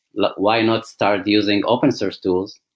like why not start using open source tools?